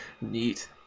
neat